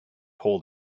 hold